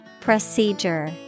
Procedure